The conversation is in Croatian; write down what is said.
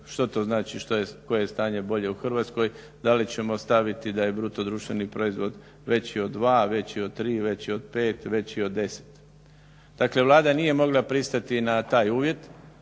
što to znači koje je stanje bolje u Hrvatskoj? Da li ćemo staviti da je bruto društveni proizvod veći od 2, veći od 3, veći od 5, veći od 10? Dakle Vlada nije mogla pristati na taj uvjet